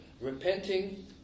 repenting